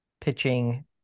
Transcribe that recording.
pitching